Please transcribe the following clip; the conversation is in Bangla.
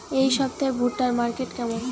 এই সপ্তাহে ভুট্টার মার্কেট কেমন?